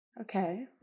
Okay